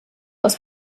aus